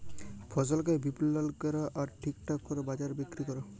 ফসলকে বিপলল ক্যরা আর ঠিকঠাক দরে বাজারে বিক্কিরি ক্যরা